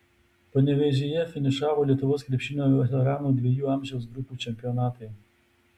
panevėžyje finišavo lietuvos krepšinio veteranų dviejų amžiaus grupių čempionatai